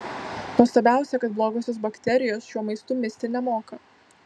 nuostabiausia kad blogosios bakterijos šiuo maistu misti nemoka